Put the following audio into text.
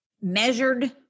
measured